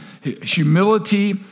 humility